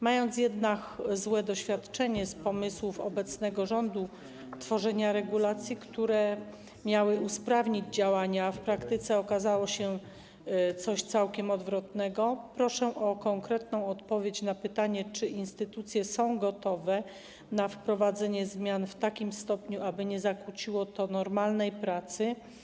Mając jednak złe doświadczenie, jeżeli chodzi o pomysły obecnego rządu dotyczące tworzenia regulacji, które miały usprawnić działania, a w praktyce okazało się coś całkiem odwrotnego, proszę o konkretną odpowiedź na pytanie, czy instytucje są gotowe na wprowadzenie zmian w takim stopniu, aby nie zakłóciło to normalnej pracy.